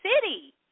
city